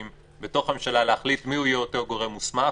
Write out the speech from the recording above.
בתוך הממשלה להחליט מיהו יהיה אותו גורם מוסמך.